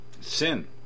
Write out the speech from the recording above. sin